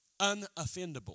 unoffendable